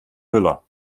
müller